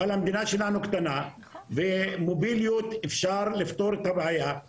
אבל המדינה שלנו קטנה ואפשר לפתור את בעיית המוביליות,